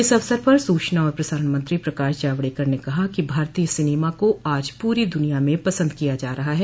इस अवसर पर सूचना और प्रसारण मंत्री प्रकाश जावड़ेकर ने कहा कि भारतीय सिनेमा को आज पूरी दुनिया में पसंद किया जा रहा है